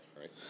right